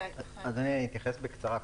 אדוני, אתייחס בקצרה.